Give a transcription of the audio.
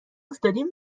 افتادیم